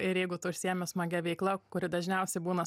ir jeigu tu užsiėmęs smagia veikla kuri dažniausiai būna